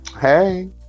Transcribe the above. hey